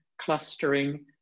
clustering